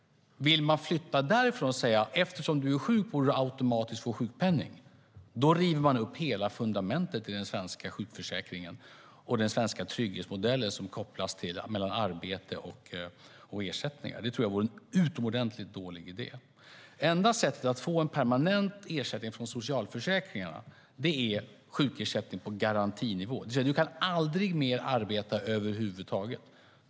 Vill man flytta dem därifrån och säga att eftersom de är sjuka borde de automatiskt få sjukpenning, då river man upp hela fundamentet för den svenska sjukförsäkringen och den svenska trygghetsmodellens koppling mellan arbete och ersättningar. Det tror jag vore en utomordentligt dålig idé. Det enda sättet att få en permanent ersättning från socialförsäkringarna är sjukersättning på garantinivå, det vill säga att aldrig mer kunna arbeta över huvud taget.